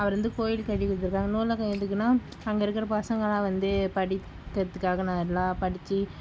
அப்புறம் வந்து கோயில் கட்டி கொடுத்துருக்காங்க நூலகம் எதுக்குன்னா அங்கே இருக்கிற பசங்கலாம் வந்து படிக்கிறதுக்காக நல்லா படிச்சு